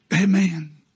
Amen